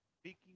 Speaking